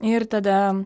ir tada